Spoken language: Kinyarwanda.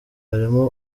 harimo